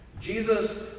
Jesus